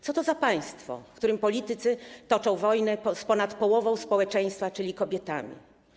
Co to za państwo, w którym politycy toczą wojnę z ponad połową społeczeństwa, czyli kobietami?